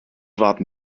warten